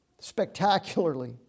spectacularly